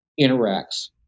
interacts